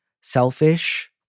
selfish